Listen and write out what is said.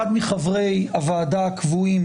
אחד מחברי הוועדה הקבועים